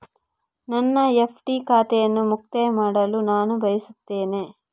ನನ್ನ ಎಫ್.ಡಿ ಖಾತೆಯನ್ನು ಮುಕ್ತಾಯ ಮಾಡಲು ನಾನು ಬಯಸ್ತೆನೆ